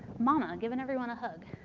mom and giving everyone a hug.